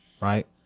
right